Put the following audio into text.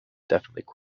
definitely